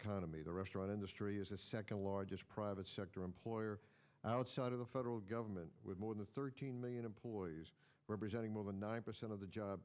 economy the restaurant industry is the second largest private sector employer outside of the federal government with more than thirteen million employees representing more than nine percent of the job